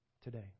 today